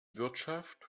wirtschaft